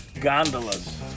gondolas